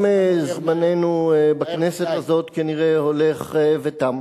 גם זמננו בכנסת הזאת כנראה הולך ותם.